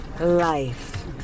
life